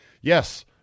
Yes